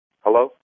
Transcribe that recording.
Hello